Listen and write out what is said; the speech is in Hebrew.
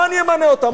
לא אני אמנה אותם,